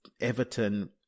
Everton